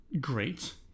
great